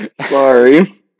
Sorry